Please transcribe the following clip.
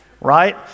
right